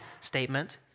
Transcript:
statement